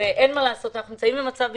מצב ביטחוני,